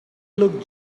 look